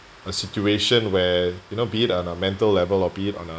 a situation when you know be it on the mental level or be it on uh